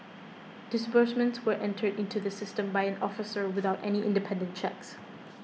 disbursements were entered into the system by an officer without any independent checks